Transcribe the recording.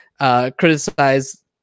Criticize